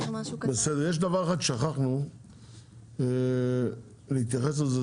יש דבר אחד ששכחנו להתייחס אליו.